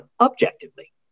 objectively